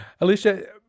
Alicia